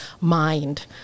mind